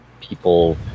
people